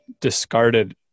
discarded